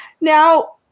Now